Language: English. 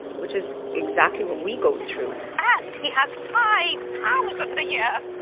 which is exactly what we go through and he has five thousand a yeah